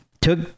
took